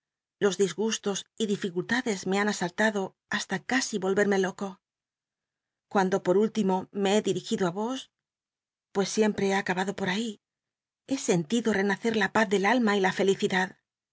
los disgustos y dificultades me han asaltado hasta casi rolrermc loco cuando pot último me be di rigido á os pues siempre he acabado por ahi he sentido cnacc la paz del alma y la felicidad